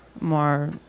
more